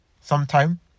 Sometime